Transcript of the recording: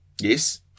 Yes